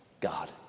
God